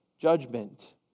judgment